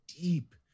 deep